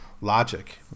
logic